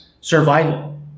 survival